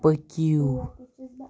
پٔکِو